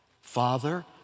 Father